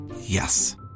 yes